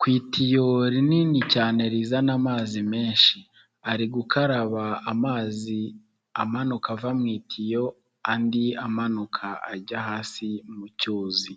ku itiyo rinini cyane rizana amazi menshi, ari gukaraba amazi amanuka ava mu itiyo andi amanuka ajya hasi mu cyuzi.